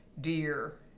dear